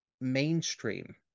mainstream